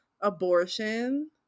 Abortion